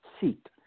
seat